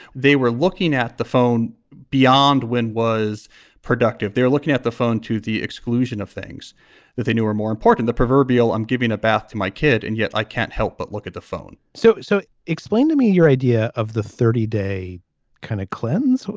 they were looking at the phone beyond when was productive. they're looking at the phone to the exclusion of things that they knew were more important the proverbial i'm giving a bath to my kid. and yet i can't help but look at the phone so so explain to me your idea of the thirty day kind of cleanse.